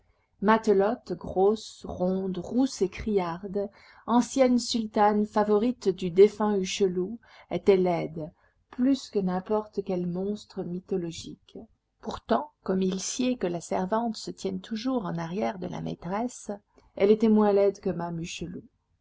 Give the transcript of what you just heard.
matelote grosse ronde rousse et criarde ancienne sultane favorite du défunt hucheloup était laide plus que n'importe quel monstre mythologique pourtant comme il sied que la servante se tienne toujours en arrière de la maîtresse elle était moins laide que mame hucheloup